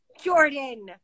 Jordan